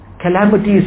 Calamities